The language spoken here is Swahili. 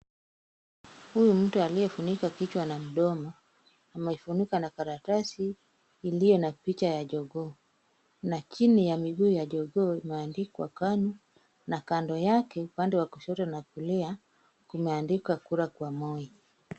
Huyu mtu aliyefunikwa kichwa na mdomo, amefunika na karatasi iliyo na picha ya jogoo na chini ya miguu ya jogoo imeandikwa KANU, na kando yake upande wa kushoto na kulia kumeandikwa kura kwa Moi.